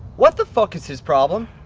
what the fuck is his problem?